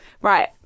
Right